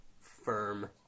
firm